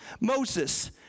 Moses